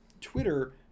Twitter